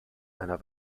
einer